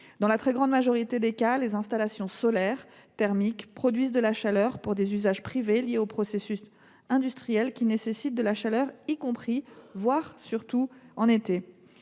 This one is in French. Dans la très grande majorité des cas, les installations solaires thermiques produisent de la chaleur pour des usages privés liés aux processus industriels qui nécessitent de la chaleur, y compris l’été, surtout en cette